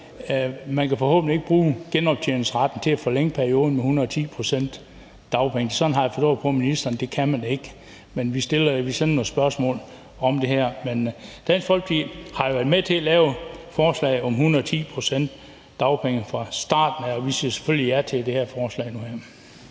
man kan forhåbentlig ikke bruge genoptjeningsretten til at forlænge perioden med 110 pct. dagpenge. Sådan har jeg forstået det på ministeren – at det kan man ikke. Men vi sender nogle spørgsmål om det her. Dansk Folkeparti har været med til at lave forslaget om 110 pct. dagpenge fra starten af, og vi siger selvfølgelig ja det her forslag